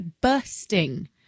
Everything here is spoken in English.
bursting